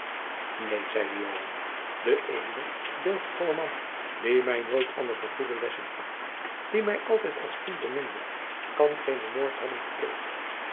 neen zeide joan de edele deugdvolle man die mij nooit anders dan goede lessen gaf die mij altijd als kind beminde kan geenen moord hebben gepleegd